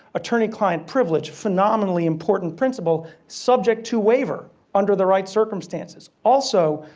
attorney-client privilege, phenomenally important principal subject to waiver under the right circumstances. also,